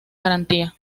garantía